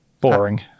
Boring